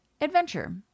adventure